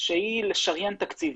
שהיא לשריין תקציב.